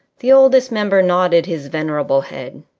the oldest member nodded his venerable head.